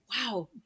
wow